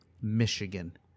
Michigan